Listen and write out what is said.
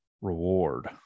Reward